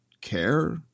care